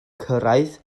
cyrraedd